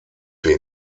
wir